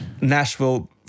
Nashville